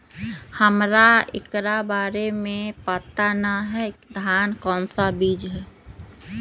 सबसे काम दिन होने वाला धान का कौन सा बीज हैँ?